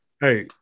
hey